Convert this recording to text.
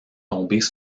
tombées